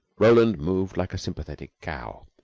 roland moved like a sympathetic cow,